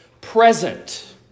present